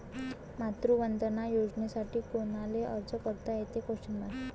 मातृवंदना योजनेसाठी कोनाले अर्ज करता येते?